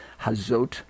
hazot